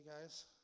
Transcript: guys